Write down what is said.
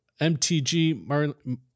MTG